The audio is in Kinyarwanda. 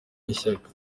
ishyaka